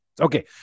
Okay